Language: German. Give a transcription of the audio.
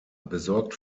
besorgt